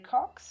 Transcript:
Cox